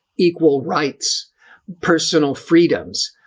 equal rights personal freedoms.